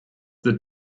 the